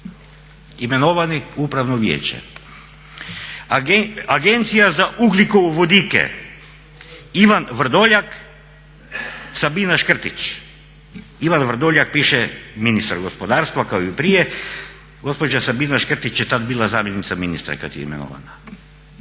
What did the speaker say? imenovani u upravno vijeće. Agencija za ugljikovodike Ivan Vrdoljak, Sabina Škrtić, Ivan Vrdoljak piše ministar gospodarstva kao i prije, gospođa Sabina Škrtić je tad bila zamjenica ministra kad je imenovana.